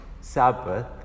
Sabbath